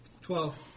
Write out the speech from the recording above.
Twelve